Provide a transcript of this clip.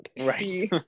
Right